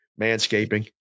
manscaping